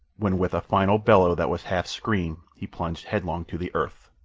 when with a final bellow that was half-scream he plunged headlong to the earth.